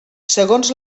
segons